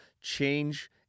change